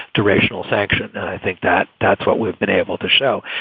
durational sanction? i think that that's what we've been able to show.